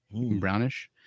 brownish